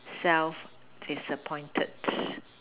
self disappointed